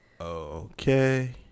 Okay